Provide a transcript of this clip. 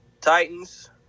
Titans